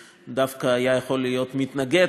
שדווקא היה יכול להיות מתנגד,